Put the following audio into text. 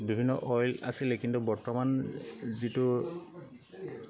বিভিন্ন অইল আছিলে কিন্তু বৰ্তমান যিটো